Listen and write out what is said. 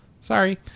sorry